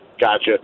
Gotcha